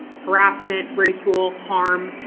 harassment, ridicule, harm.